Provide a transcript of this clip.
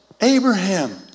Abraham